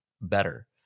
better